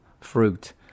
fruit